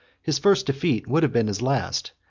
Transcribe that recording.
his first defeat would been his last,